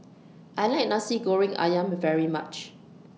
I like Nasi Goreng Ayam very much